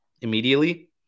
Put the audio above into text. immediately